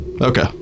Okay